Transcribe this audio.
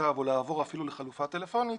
הכתב או לעבור אפילו לחלופה טלפונית,